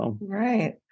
Right